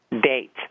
date